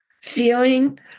Feeling